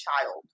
child